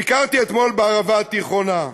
ביקרתי אתמול בערבה התיכונה,